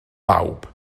bawb